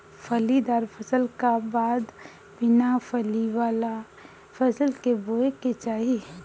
फलीदार फसल का बाद बिना फली वाला फसल के बोए के चाही